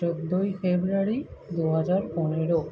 চোদ্দোই ফেব্রুয়ারি দু হাজার পনেরো